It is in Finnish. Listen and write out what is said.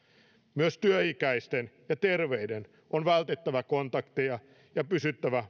myös työikäisten ja terveiden on vältettävä kontakteja ja pysyttävä